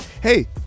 hey